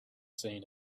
seen